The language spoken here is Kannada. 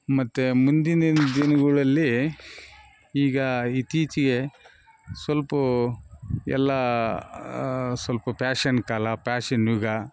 ಮತ್ತು ಮುಂದಿನಿನ್ನ ದಿನ್ಗಳಲ್ಲಿ ಈಗ ಇತ್ತೀಚಿಗೆ ಸ್ವಲ್ಪು ಎಲ್ಲ ಸ್ವಲ್ಪು ಪ್ಯಾಷನ್ ಕಾಲ ಪ್ಯಾಷನ್ ಯುಗ